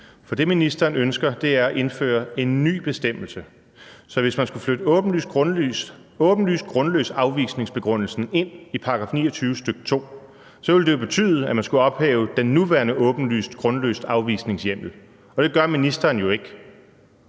for det, ministeren ønsker, er at indføre en ny bestemmelse. Så hvis man skulle flytte åbenlyst grundløs-afvisningsbegrundelsen ind i § 29, stk. 2, ville det jo betyde, at man skulle ophæve den nuværende åbenlyst grundløs-afvisningshjemmel, og det gør ministeren jo ikke.